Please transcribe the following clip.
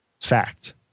fact